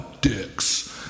Dicks